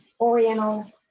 Oriental